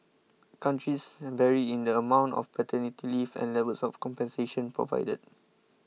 countries vary in the amount of paternity leave and levels of compensation provided